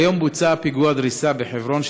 והיום בוצע פיגוע דריסה בחברון,